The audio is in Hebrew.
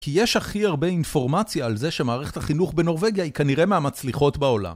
כי יש הכי הרבה אינפורמציה על זה שמערכת החינוך בנורבגיה היא כנראה מהמצליחות בעולם